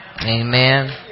Amen